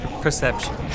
perception